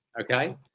Okay